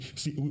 see